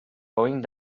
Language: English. going